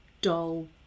dull